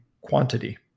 quantity